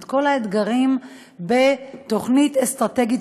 את כל האתגרים בתוכנית אסטרטגית,